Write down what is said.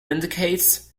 indicates